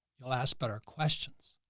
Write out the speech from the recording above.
you'll ask better questions.